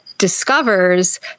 discovers